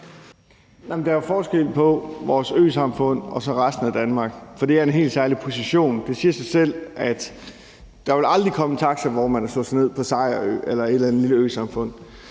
Der er jo forskel på vores øsamfund og så resten af Danmark, for det er en helt særlig position. Det siger sig selv, at der aldrig vil komme en taxivognmand og slå sig ned på Sejerø eller et eller andet lille øsamfund,